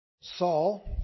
Saul